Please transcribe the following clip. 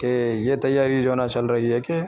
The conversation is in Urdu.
کہ یہ تیاری جو ہے نا چل رہی ہے کہ